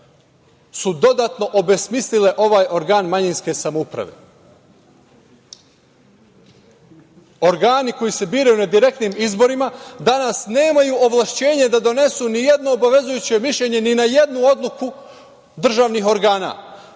su dodatno obesmislile ovaj organ manjinske samouprave. Organi koji se biraju na direktnim izborima danas nemaju ovlašćenje da donesu nijedno obavezujuće mišljenje ni na jednu odluku državnih organa,